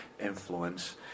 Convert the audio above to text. influence